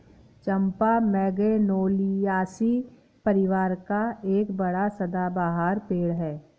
चंपा Magnoliaceae परिवार का एक बड़ा सदाबहार पेड़ है